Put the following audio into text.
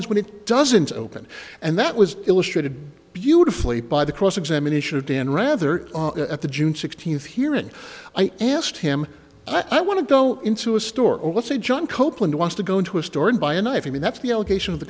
is when it doesn't open and that was illustrated beautifully by the cross examination of dan rather at the june sixteenth hearing i asked him i want to go into a store or let's see john copeland wants to go into a store and buy a knife i mean that's the allegation of the